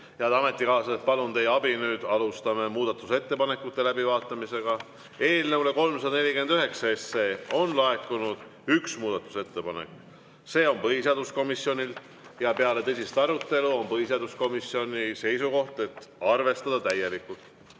Head ametikaaslased, palun nüüd teie abi, alustame muudatusettepanekute läbivaatamist. Eelnõu 349 kohta on laekunud üks muudatusettepanek. See on põhiseaduskomisjonilt ja peale tõsist arutelu on põhiseaduskomisjoni seisukoht arvestada seda täielikult.